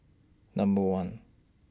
Number one